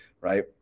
right